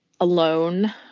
alone